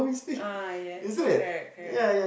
ah yes correct correct